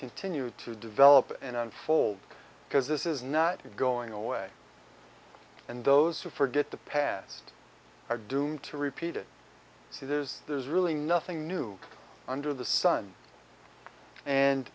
continue to develop and unfold because this is not going away and those who forget the past are doomed to repeat it as it is there's really nothing new under the sun and